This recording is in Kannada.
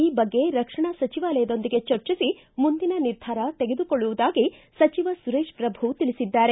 ಈ ಬಗ್ಗೆ ರಕ್ಷಣಾ ಸಚಿವಾಲಯದೊಂದಿಗೆ ಚರ್ಚಿಸಿ ಮುಂದಿನ ನಿರ್ಧಾರ ತೆಗೆದುಕೊಳ್ಳುವುದಾಗಿ ಸಚಿವ ಸುರೇಶ್ ಪ್ರಭು ತಿಳಿಸಿದ್ದಾರೆ